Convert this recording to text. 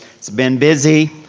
it's been busy,